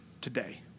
today